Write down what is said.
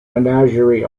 menagerie